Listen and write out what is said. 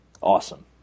Awesome